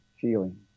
feeling